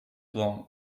long